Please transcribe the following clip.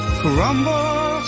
crumble